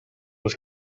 was